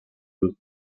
route